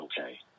Okay